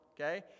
Okay